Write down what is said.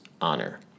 honor